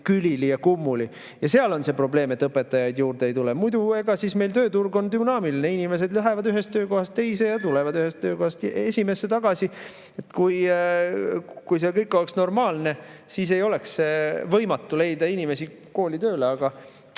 külili ja kummuli. Ja seal on see probleem, miks õpetajaid juurde ei tule. Meil on tööturg dünaamiline, inimesed lähevad ühest töökohast teise ja tulevad teisest töökohast esimesse tagasi. Kui see kõik oleks normaalne, siis ei oleks võimatu leida inimesi kooli tööle, aga